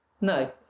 No